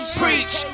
preach